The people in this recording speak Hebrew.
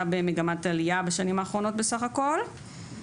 במגמת עלייה בשנים האחרונות בסך הכול.